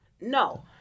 No